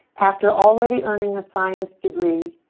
after already earning a science degree,